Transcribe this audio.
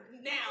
now